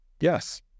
Yes